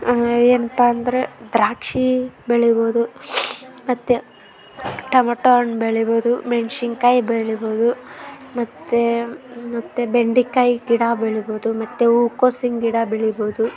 ಏನಪ್ಪಾ ಅಂದರೆ ದ್ರಾಕ್ಷಿ ಬೆಳೀಬೋದು ಮತ್ತು ಟಮಟೋ ಹಣ್ಣು ಬೆಳೀಬೋದು ಮೆಣಸಿನ್ಕಾಯ್ ಬೆಳೀಬೋದು ಮತ್ತು ಮತ್ತು ಬೆಂಡೆಕಾಯಿ ಗಿಡ ಬೆಳೀಬೋದು ಮತ್ತು ಹೂಕೋಸಿನ ಗಿಡ ಬೆಳೀಬೋದು